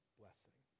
blessing